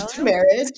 marriage